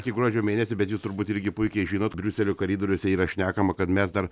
iki gruodžio mėnesio bet jūs turbūt irgi puikiai žinot briuselio koridoriuose yra šnekama kad mes dar